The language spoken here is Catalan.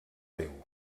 déu